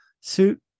suit